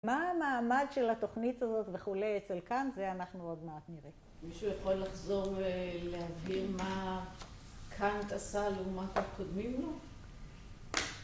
מה המעמד של התוכנית הזאת וכולי אצל קאנט, זה אנחנו עוד מעט נראה. מישהו יכול לחזור ולהבין מה קאנט עשה לעומת הקודמים לו?